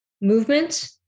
movement